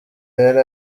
yari